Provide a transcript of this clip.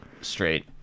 straight